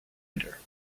rider